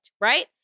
right